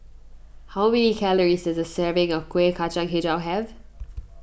how many calories does a serving of Kueh Kacang HiJau have